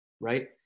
right